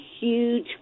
huge